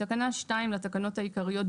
בתקנה 2 לתקנות העיקריות,